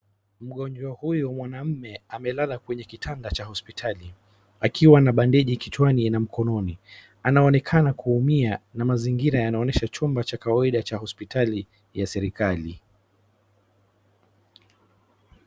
Mgonjwa huyu mwanamme amelala kwenye kitanda cha hospitali akiwa na bandeji kichwani na mkononi, anaonekana kuumia na mazingira yanaonyesha chumba cha kawaida cha hospitali ya serikali.